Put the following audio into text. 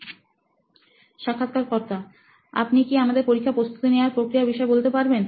সাক্ষাৎকারকর্তাআপনি কি আমাদের পরীক্ষার প্রস্তুতি নেয়ার প্রক্রিয়ার বিষয় বলতে পারবেন